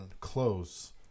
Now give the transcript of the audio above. close